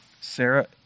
Sarah